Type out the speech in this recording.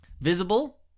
Visible